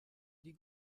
die